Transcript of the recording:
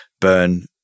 burn